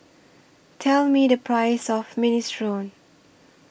Tell Me The Price of Minestrone